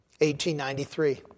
1893